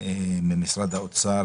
ועדת הכספים.